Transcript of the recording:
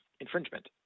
infringement